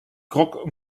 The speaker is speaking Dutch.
croque